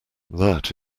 that